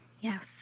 Yes